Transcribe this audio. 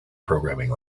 programming